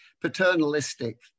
paternalistic